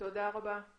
תודה רבה.